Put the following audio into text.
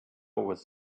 was